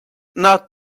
not